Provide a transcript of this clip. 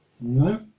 No